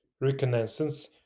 reconnaissance